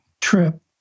trip